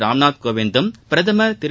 ராம்நாத் கோவிந்தும் பிரதமர் திரு